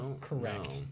correct